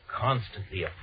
constantly